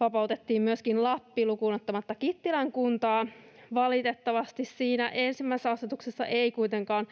vapautettiin myöskin Lappi lukuun ottamatta Kittilän kuntaa. Valitettavasti siinä ensimmäisessä asetuksessa ei kuitenkaan